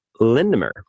Lindemer